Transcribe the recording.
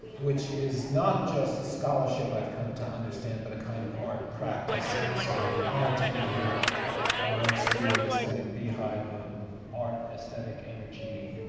which is not just scholarship, i've come to understand, but a kind of art practice and so i'm honored to be here amongst you in this kind of beehive of art aesthetic energy